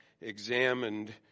examined